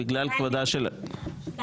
בגלל כבודה של ועדת